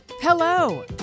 Hello